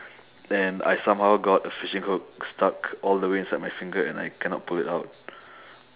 then I somehow got a fishing hook stuck all the way inside my finger and I cannot pull it out